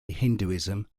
hinduism